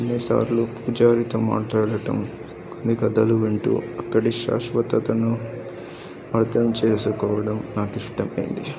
అన్నిసార్లు పూజారితో మాట్లాడటం కొన్ని కథలు వింటూ అక్కడ శాశ్వతతను అర్థం చేసుకోవడం నాకు ఇష్టమైంది